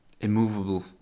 immovable